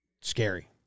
scary